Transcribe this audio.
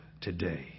today